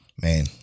Man